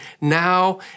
now